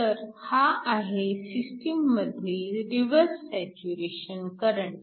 तर हा आहे सिस्टीम मधील रिव्हर्स सॅच्युरेशन करंट